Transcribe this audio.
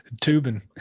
Tubing